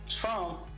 Trump